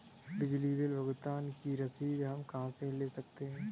बिजली बिल भुगतान की रसीद हम कहां से ले सकते हैं?